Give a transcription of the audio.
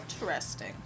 Interesting